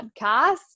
Podcast